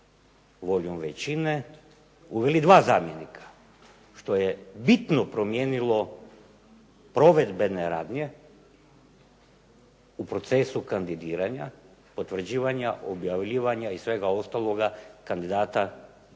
voljom većine uveli dva zamjenika, što je bitno promijenilo provedbene radnje u procesu kandidiranja, potvrđivanja, objavljivanja i svega ostaloga kandidata